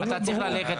אתה צריך ללכת,